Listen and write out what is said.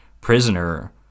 prisoner